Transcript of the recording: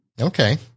Okay